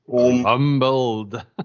humbled